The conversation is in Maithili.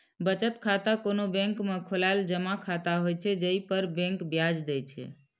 बचत खाता कोनो बैंक में खोलाएल जमा खाता होइ छै, जइ पर बैंक ब्याज दै छै